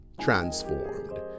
transformed